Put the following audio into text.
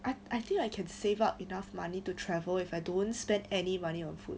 I I think I can save up enough money to travel if I don't spend any money on food